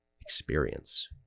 experience